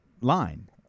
line